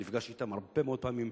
ונפגשתי אתם הרבה מאוד פעמים,